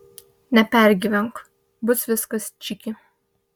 nepergyvenk bus viskas čiki